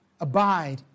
Abide